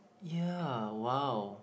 ya !wah!